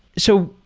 so,